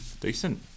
Decent